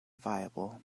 viable